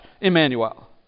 Emmanuel